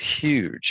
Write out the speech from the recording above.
huge